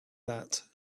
that